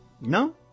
No